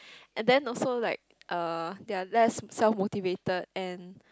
and then also like uh they are less self motivated and